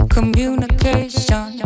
Communication